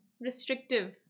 restrictive